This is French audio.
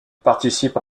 participe